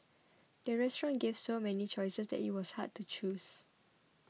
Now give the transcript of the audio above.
the restaurant gave so many choices that it was hard to choose